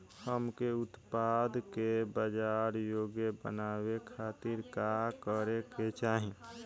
हमके उत्पाद के बाजार योग्य बनावे खातिर का करे के चाहीं?